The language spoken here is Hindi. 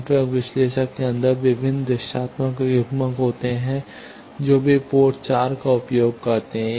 नेटवर्क विश्लेषक के अंदर विभिन्न दिशात्मक युग्मक होते हैं जो वे पोर्ट 4 का उपयोग करते हैं